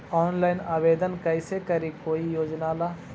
Online आवेदन कैसे करी कोई योजना ला?